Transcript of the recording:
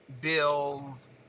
Bills